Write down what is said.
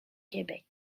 québec